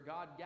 God